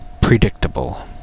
predictable